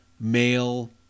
male